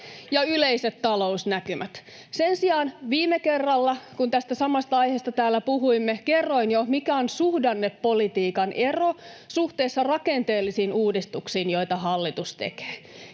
ja yleiset talousnäkymät. Sen sijaan viime kerralla, kun tästä samasta aiheesta täällä puhuimme, kerroin jo, mikä on suhdannepolitiikan ero suhteessa rakenteellisiin uudistuksiin, joita hallitus tekee.